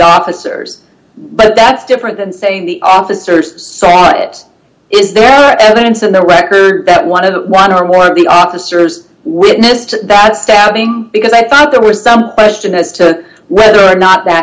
officers but that's different than saying the officer saw it is there evidence in the record that one of one or more of the officers witnessed that stabbing because i thought there was some question as to whether or not that